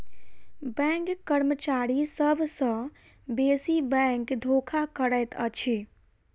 bank कर्मचारी सभ सॅ बेसी बैंक धोखा करैत अछि